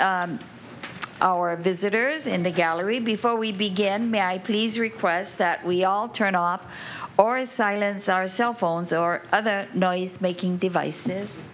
our visitors in the gallery before we begin may i please request that we all turn off or is silence our cell phones or other noisemaking devices